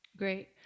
Great